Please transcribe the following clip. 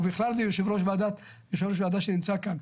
ובכלל זה יושב ראש ועדה שנמצא כאן.